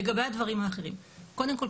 לגבי הדברים האחרים: קודם כל,